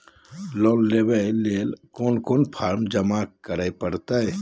Loan लेवे ले कोन कोन फॉर्म जमा करे परते?